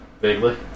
Vaguely